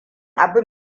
abin